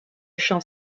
champ